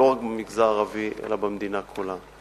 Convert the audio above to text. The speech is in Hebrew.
לא רק במגזר הערבי אלא במדינה כולה.